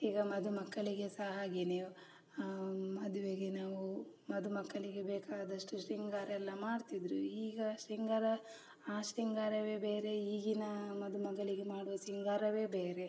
ಈಗ ಮದುಮಕ್ಕಳಿಗೆ ಸಹ ಹಾಗೆಯೇ ಮದುವೆಗೆ ನಾವು ಮದುಮಕ್ಕಳಿಗೆ ಬೇಕಾದಷ್ಟು ಶೃಂಗಾರ ಎಲ್ಲ ಮಾಡ್ತಿದ್ದರು ಈಗ ಶೃಂಗಾರ ಆ ಶೃಂಗಾರವೇ ಬೇರೆ ಈಗಿನ ಮದುಮಗಳಿಗೆ ಮಾಡುವ ಸಿಂಗಾರವೇ ಬೇರೆ